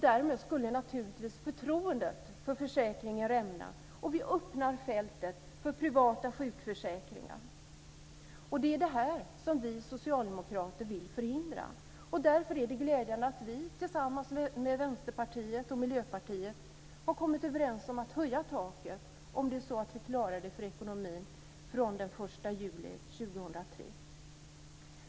Därmed skulle naturligtvis förtroendet för försäkringen rämna, och vi öppnar fältet för privata sjukförsäkringar. Det är det här som vi socialdemokrater vill förhindra. Därför är det glädjande att vi tillsammans med Vänsterpartiet och Miljöpartiet har kommit överens om att höja taket, om vi klarar det för ekonomin, från den 1 juli 2003.